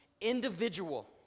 individual